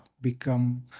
become